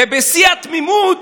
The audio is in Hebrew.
ובשיא התמימות,